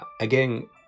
again